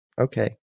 Okay